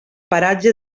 paratge